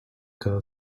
girl